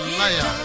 liar